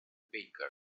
baker